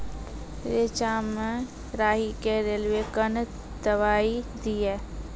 रेचा मे राही के रेलवे कन दवाई दीय?